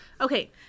Okay